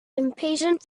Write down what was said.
impatient